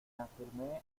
afirmé